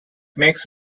makes